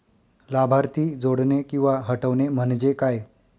लाभार्थी जोडणे किंवा हटवणे, म्हणजे काय?